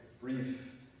brief